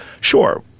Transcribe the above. Sure